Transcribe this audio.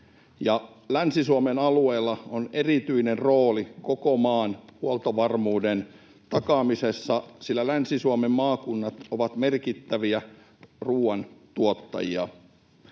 Länsi-Suomen alueella on erityinen rooli koko maan huoltovarmuuden takaamisessa, sillä Länsi-Suomen maakunnat ovat merkittäviä ruuantuottajia.